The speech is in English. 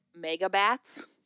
megabats